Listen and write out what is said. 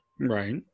right